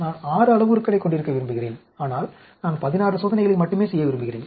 நான் 6 அளவுருக்களைக் கொண்டிருக்க விரும்புகிறேன் ஆனால் நான் 16 சோதனைகளை மட்டுமே செய்ய விரும்புகிறேன்